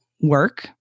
work